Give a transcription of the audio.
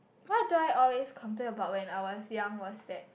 what do I always complain about when I was young was that